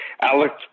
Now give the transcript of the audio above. Alex